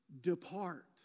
depart